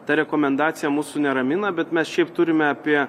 ta rekomendacija mūsų neramina bet mes šiaip turime apie